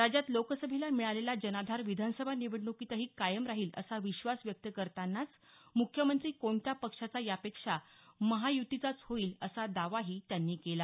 राज्यात लोकसभेला मिळालेला जनाधार विधानसभा निवडणुकीतही कायम राहील असा विश्वास व्यक्त करतानाच मुख्यमंत्री कोणत्या पक्षाचा यापेक्षा महायुतीचाच होईल असा दावाही त्यांनी केला